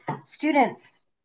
students